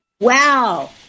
Wow